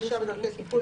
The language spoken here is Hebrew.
ענישה ודרכי טיפול),